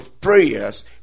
prayers